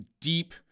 deep